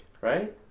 Right